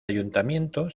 ayuntamiento